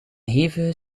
hevige